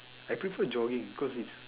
I prefer jogging cause it's